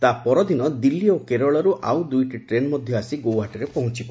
ତାହା ପରଦିନ ଦିଲ୍ଲୀ ଓ କେରଳରୁ ଆଉ ଦୁଇଟି ଟ୍ରେନ୍ ମଧ୍ୟ ଆସି ଗୌହାଟୀହରେ ପହଞ୍ଚବ